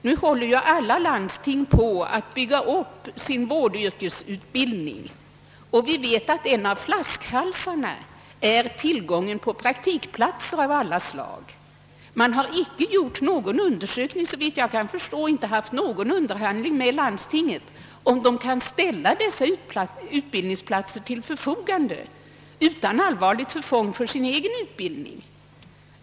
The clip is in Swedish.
Nu håller ju alla landsting på att bygga upp sin vårdyrkesutbildning, och vi vet att en av flaskhalsarna är tillgången på praktikplatser av alla slag. Man har, såvitt jag kan förstå, inte gjort någon undersökning eller fört några underhandlingar "med landstinget, om det kan ställa utbildningsplatser till förfogande utan allvarligt förfång för sin egen utbildningsverksamhet.